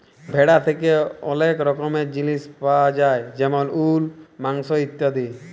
ভেড়া থ্যাকে ওলেক রকমের জিলিস পায়া যায় যেমল উল, মাংস ইত্যাদি